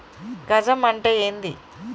గజం అంటే ఏంది?